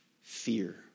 fear